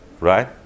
right